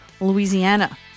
Louisiana